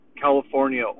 California